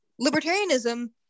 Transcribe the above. libertarianism